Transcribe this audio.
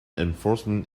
enforcement